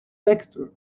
texture